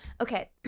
Okay